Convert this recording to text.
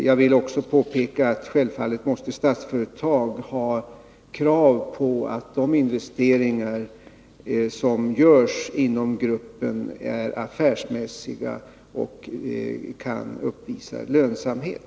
Jag vill också påpeka att Statsföretag självfallet måste ha krav på att de investeringar som görs inom gruppen är affärsmässiga och kan uppvisa lönsamhet.